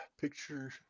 picture